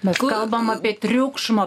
mes kalbame apie triukšmo